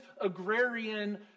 agrarian